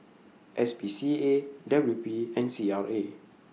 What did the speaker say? S P C A W P and C R A